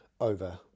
over